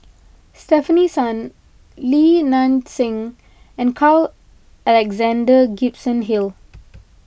Stefanie Sun Li Nanxing and Carl Alexander Gibson Hill